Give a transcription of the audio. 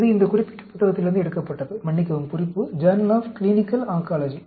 இது இந்த குறிப்பிட்ட புத்தகத்திலிருந்து எடுக்கப்பட்டது மன்னிக்கவும் குறிப்பு ஜார்னல் ஆப் கிளினிக்கல் ஆன்காலஜி